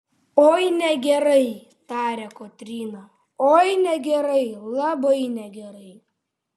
oi negerai tarė kotryna oi negerai labai negerai